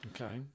Okay